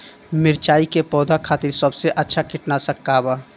मिरचाई के पौधा खातिर सबसे अच्छा कीटनाशक का बा?